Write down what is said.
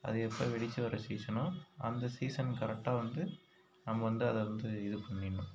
அது எப்போ வெடித்து வர சீசனோ அந்த சீசன் கரெக்டாக வந்து நம்ம வந்து அதை வந்து இது பண்ணிடணும்